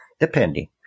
Depending